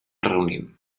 reunint